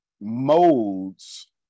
modes